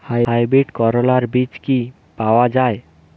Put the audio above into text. Hybrid করলার বীজ কি পাওয়া যায়?